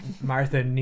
Martha